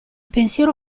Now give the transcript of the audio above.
pensiero